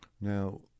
Now